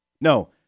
No